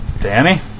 Danny